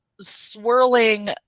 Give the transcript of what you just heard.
swirling